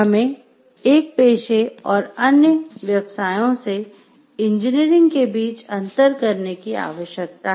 हमें एक पेशे और अन्य व्यवसायों से इंजीनियरिंग के बीच अंतर करने की आवश्यकता है